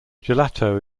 gelato